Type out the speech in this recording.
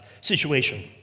situation